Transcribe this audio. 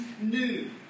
new